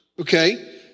okay